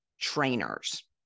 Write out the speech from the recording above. trainers